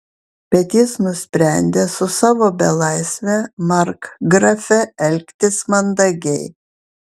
bet jis nusprendė su savo belaisve markgrafe elgtis mandagiai